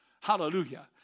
Hallelujah